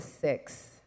six